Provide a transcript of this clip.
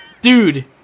Dude